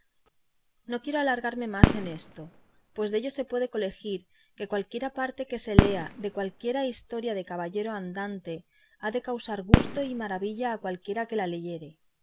no quiero alargarme más en esto pues dello se puede colegir que cualquiera parte que se lea de cualquiera historia de caballero andante ha de causar gusto y maravilla a cualquiera que la leyere